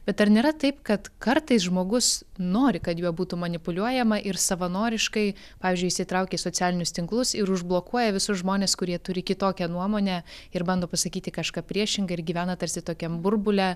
bet ar nėra taip kad kartais žmogus nori kad juo būtų manipuliuojama ir savanoriškai pavyzdžiui įsitraukia į socialinius tinklus ir užblokuoja visus žmones kurie turi kitokią nuomonę ir bando pasakyti kažką priešinga ir gyvena tarsi tokiam burbule